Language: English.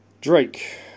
Drake